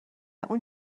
اون